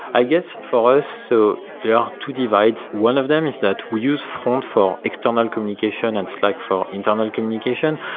i guess for us, so there are two divides one of them is that we use front for external communication and slack for internal communication,